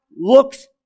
looks